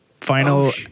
final